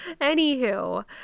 Anywho